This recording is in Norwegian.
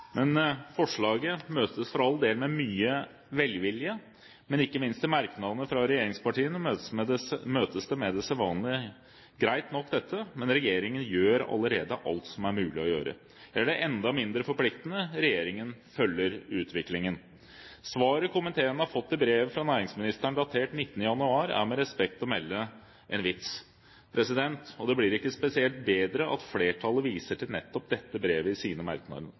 men ikke minst i merknadene fra regjeringspartiene møtes det med det sedvanlige: Greit nok dette, men regjeringen gjør allerede alt som er mulig å gjøre. Eller enda mindre forpliktende: Regjeringen følger utviklingen. Svaret komiteen har fått i brevet fra næringsministeren datert 19. januar, er med respekt å melde en vits, og det blir ikke spesielt bedre av at flertallet viser til nettopp dette brevet i sine merknader.